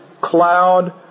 cloud